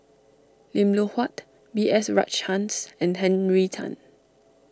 Lim Loh Huat B S Rajhans and Henry Tan